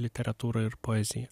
literatūrą ir poeziją